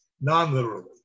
non-literally